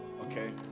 Okay